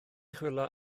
chwilio